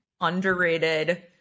underrated